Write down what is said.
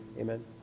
Amen